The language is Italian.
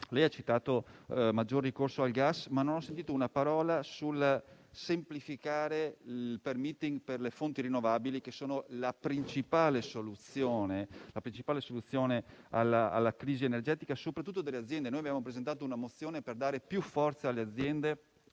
lei ha citato il maggiore ricorso al gas, ma non ho sentito una parola sul semplificare il *permitting* per le fonti rinnovabili, che sono la principale soluzione alla crisi energetica soprattutto delle aziende. Abbiamo presentato una mozione per dare più forza alle aziende